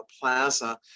plaza